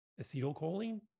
Acetylcholine